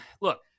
Look